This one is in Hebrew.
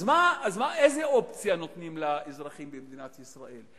אז איזו אופציה נותנים לאזרחים במדינת ישראל?